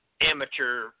amateur